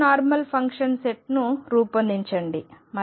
orthonormal ఫంక్షన్ల సెట్ను రూపొందించండి